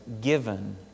given